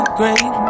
great